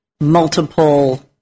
multiple